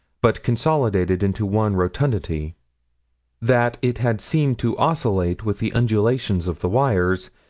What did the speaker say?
but consolidated into one rotundity that it had seemed to oscillate with the undulations of the wires,